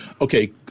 Okay